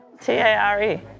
T-A-R-E